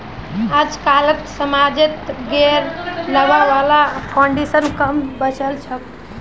अजकालित समाजत गैर लाभा वाला फाउन्डेशन क म बचिल छोक